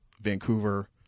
Vancouver